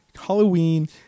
Halloween